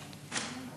תודה גם לכם.